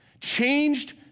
changed